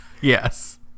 Yes